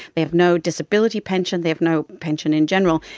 they have no disability pension, they have no pension in general.